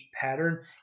pattern